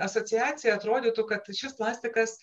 asociacija atrodytų kad šis plastikas